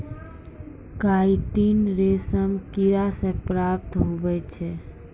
chitin रेशम किड़ा से प्राप्त हुवै छै